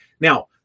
Now